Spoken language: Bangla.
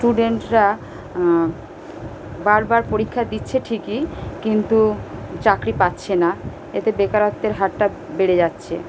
স্টুডেন্টরা বার বার পরীক্ষা দিচ্ছে ঠিকই কিন্তু চাকরি পাচ্ছে না এতে বেকারত্বের হারটা বেড়ে যাচ্ছে